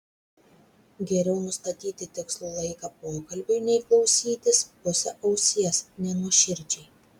geriau nustatyti tikslų laiką pokalbiui nei klausytis puse ausies nenuoširdžiai